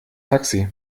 taxi